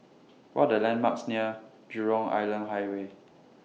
What Are The landmarks near Jurong Island Highway